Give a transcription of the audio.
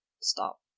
stop